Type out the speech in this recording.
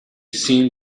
seemed